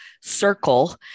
circle